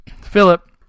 Philip